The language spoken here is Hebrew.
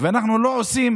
ואנחנו לא עושים